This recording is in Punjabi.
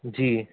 ਜੀ